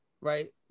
Right